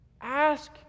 Ask